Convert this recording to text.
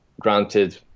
granted